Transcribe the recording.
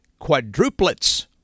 quadruplets